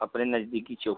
अपने नजदीकी चौकी